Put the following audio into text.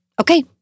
Okay